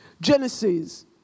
Genesis